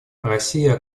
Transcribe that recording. россия